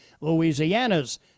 Louisiana's